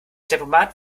tempomat